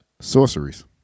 sorceries